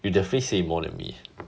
with the face say more than me